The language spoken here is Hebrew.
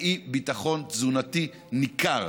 באי-ביטחון תזונתי ניכר,